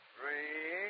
Three